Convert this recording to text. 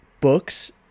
books